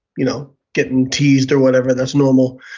you know getting teased or whatever, that's normal,